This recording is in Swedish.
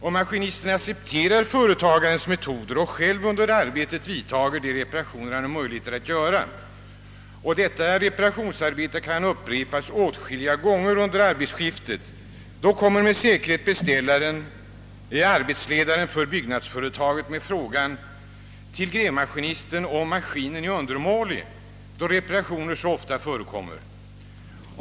Om maskinisten accepterar företagarens metoder och själv under arbetet vidtar de reparationer han kan göra — och detta reparationsarbete kan upprepas åtskilliga gånger under arbetsskiftet — kommer med säkerhet arbetsledaren för byggnadsföretaget att fråga grävmaskinisten, om maskinen är undermålig då reparationer förekommer så ofta.